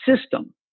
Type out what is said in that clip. system